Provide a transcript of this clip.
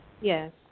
Yes